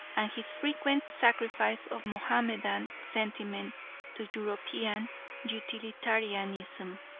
and his frequent sacrifice of mahomedan sentiment to european utilitarianism.